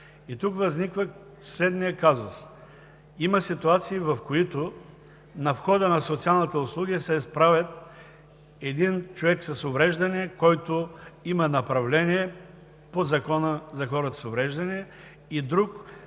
Тук възниква следният казус: има ситуации, в които на входа на социалните услуги се изправя един човек с увреждане, който има направление по Закона за хората с увреждания, и друг,